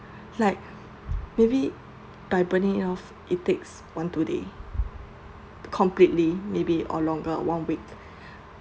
like maybe by burning it off it takes one two days completely maybe or longer one week